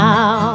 Now